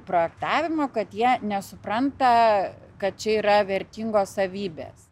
projektavimo kad jie nesupranta kad čia yra vertingos savybės